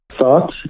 thought